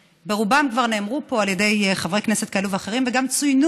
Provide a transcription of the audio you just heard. שברובם כבר נאמרו על ידי חברי כנסת כאלה ואחרים וגם צוינו